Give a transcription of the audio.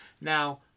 Now